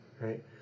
right